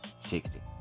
Sixty